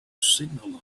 signal